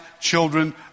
children